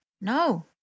No